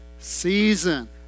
season